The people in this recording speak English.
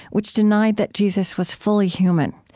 which denied that jesus was fully human.